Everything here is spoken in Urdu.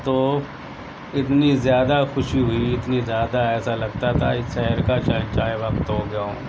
تو اتنی زیادہ خوشی ہوئی اتنی زیادہ ایسا لگتا تھا اس شہر کا شہنشاہ وقت ہو گیا ہوں